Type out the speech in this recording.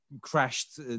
crashed